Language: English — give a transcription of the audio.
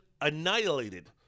annihilated